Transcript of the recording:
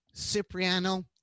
Cipriano